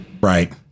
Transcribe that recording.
Right